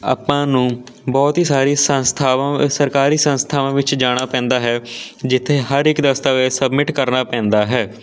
ਆਪਾਂ ਨੂੰ ਬਹੁਤ ਹੀ ਸਾਰੀ ਸੰਸਥਾਵਾਂ ਸਰਕਾਰੀ ਸੰਸਥਾਵਾਂ ਵਿੱਚ ਜਾਣਾ ਪੈਂਦਾ ਹੈ ਜਿੱਥੇ ਹਰ ਇੱਕ ਦਸਤਾਵੇਜ ਸਬਮਿਟ ਕਰਨਾ ਪੈਂਦਾ ਹੈ